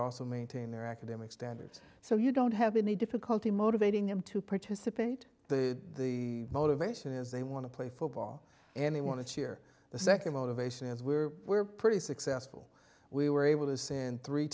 also maintain their academic standards so you don't have any difficulty motivating them to participate the motivation is they want to play football and they want to cheer the second motivations were were pretty successful we were able to send three